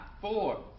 four